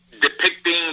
depicting